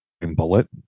bullet